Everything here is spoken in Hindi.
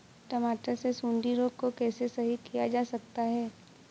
टमाटर से सुंडी रोग को कैसे सही किया जा सकता है?